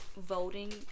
voting